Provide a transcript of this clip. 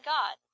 God